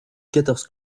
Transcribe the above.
quatorze